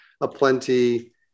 aplenty